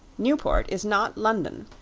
newport is not london.